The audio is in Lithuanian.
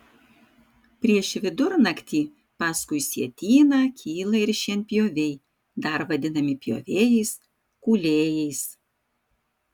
prieš vidurnaktį paskui sietyną kyla ir šienpjoviai dar vadinami pjovėjais kūlėjais